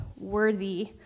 worthy